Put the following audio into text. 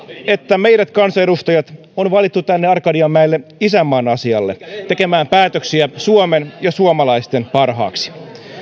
että meidät kansanedustajat on valittu tänne arkadianmäelle isänmaan asialle tekemään päätöksiä suomen ja suomalaisten parhaaksi